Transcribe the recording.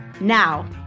Now